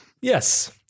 yes